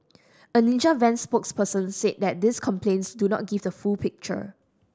a Ninja Van spokesperson say that these complaints do not give the full picture